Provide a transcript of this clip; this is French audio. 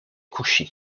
couché